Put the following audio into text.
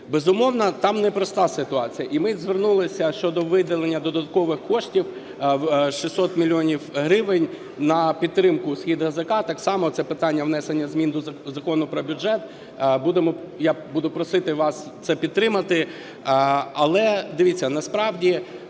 Безумовно, там непроста ситуація. І ми звернулися щодо виділення додаткових коштів – 600 мільйонів гривень на підтримку "СхідГЗК". Так само це питання внесення змін до Закону про бюджет. Я буду просити вас це підтримати. Але, дивіться, насправді